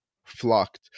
flocked